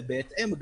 ובהתאם,